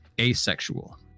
asexual